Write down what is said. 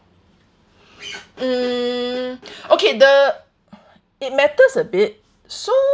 mm okay the it matters a bit so